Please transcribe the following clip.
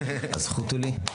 הזכות הוא לי.